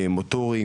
מוטוריים,